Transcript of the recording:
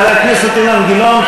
חבר הכנסת אילן גילאון.